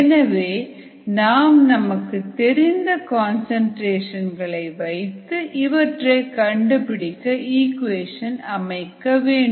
எனவே நாம் நமக்குத் தெரிந்த கன்சன்ட்ரேஷன் களை வைத்து இவற்றை கண்டுபிடிக்க இக்குவேஷன் அமைக்க வேண்டும்